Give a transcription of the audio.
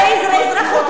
על איזה אזרחות?